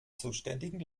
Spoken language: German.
zuständigen